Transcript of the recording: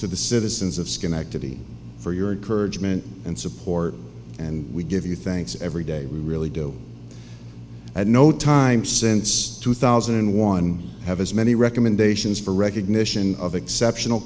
to the citizens of schenectady for your encouragement and support and we give you thanks every day we really do at no time since two thousand and one have as many recommendations for recognition of exceptional